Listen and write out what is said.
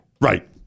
Right